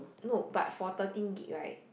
no but for thirteen gig right